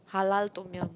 Halal Tom-yum